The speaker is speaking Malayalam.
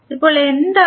ഇപ്പോൾ എന്താണ്